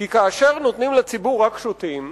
כי כאשר באים לציבור רק בשוטים,